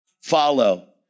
follow